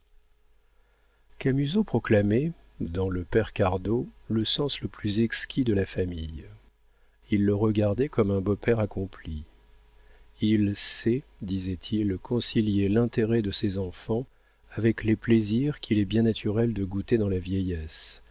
fortune camusot proclamait dans le père cardot le sens le plus exquis de la famille il le regardait comme un beau-père accompli il sait disait-il concilier l'intérêt de ses enfants avec les plaisirs qu'il est bien naturel de goûter dans la vieillesse